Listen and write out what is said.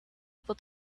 able